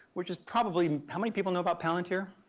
which is probably how many people know about palantir?